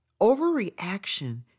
Overreaction